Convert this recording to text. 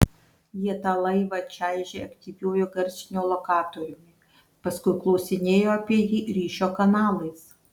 jie tą laivą čaižė aktyviuoju garsiniu lokatoriumi paskui klausinėjo apie jį ryšio kanalais